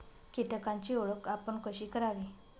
कीटकांची ओळख आपण कशी करावी?